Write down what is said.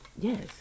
Yes